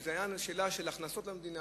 אם זו היתה שאלה של הכנסות למדינה,